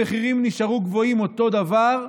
המחירים נשארו גבוהים אותו דבר.